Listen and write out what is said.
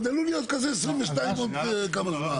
עוד עלול להיות כזה 2022 עוד כמה זמן.